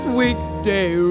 weekday